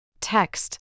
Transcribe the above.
Text